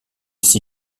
s’y